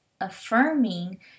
affirming